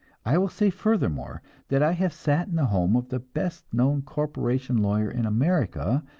i will say furthermore that i have sat in the home of the best known corporation lawyer in america,